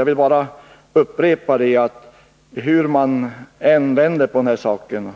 Jag vill bara upprepa att hur man än vänder på den här saken,